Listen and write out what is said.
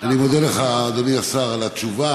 אני מודה לך, אדוני השר, על התשובה.